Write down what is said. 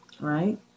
right